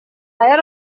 shire